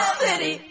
city